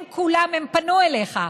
הם כולם פנו אליך,